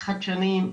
חדשניים,